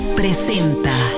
presenta